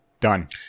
done